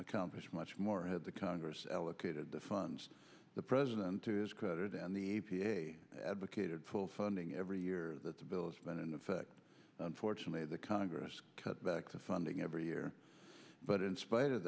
accomplished much more had the congress allocated the funds the president has cut it in the a p a advocated full funding every year that the bill is been in effect unfortunately the congress cut back the funding every year but in spite of